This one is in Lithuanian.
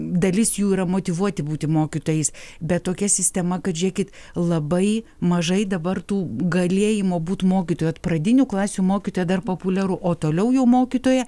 dalis jų yra motyvuoti būti mokytojais bet tokia sistema kad žiūrėkit labai mažai dabar tų galėjimo būt mokytoju vat pradinių klasių mokytoja dar populiaru o toliau jau mokytoja